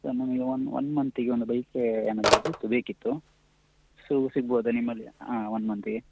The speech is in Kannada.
ಸರ್ ನನಗೆ ಒನ್ ಒನ್ ಮಂತಿಗೆ ಒಂದು ಬೈಕೇ ಏನಾದರು ಇದ್ದರೆ ಬೇಕಿತ್ತು ಸೊ ಸಿಗ್ಬೋದ ನಿಮ್ಮಲಿ ಹಾಂ ಒನ್ ಮಂತಿಗೆ